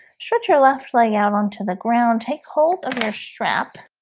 shut your left leg out onto the ground take hold of your strap